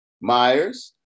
Myers